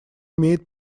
имеет